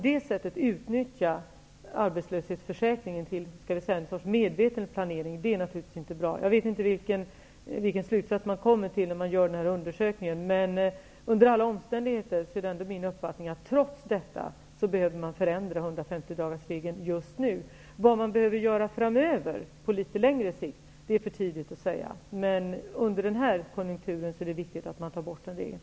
Därigenom utnyttjar man arbetslöshetsförsäkringen för ett slags medveten planering. Det är naturligtvis inte bra. Jag vet inte vilken slutsats man kommer till i undersökningen, men under alla omständigheter är det min uppfattning att man trots detta behöver förändra 150-dagarsregeln just nu. Vad som behöver göras på litet längre sikt är det för tidigt att säga. Men under den här konjunkturen är det viktigt att man tar bort den här regeln.